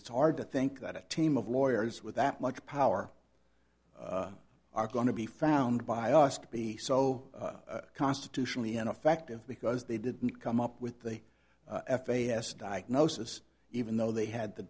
it's hard to think that a team of lawyers with that much power are going to be found by us to be so constitutionally in effect of because they didn't come up with the f a s diagnosis even though they had the